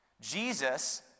Jesus